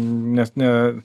nes ne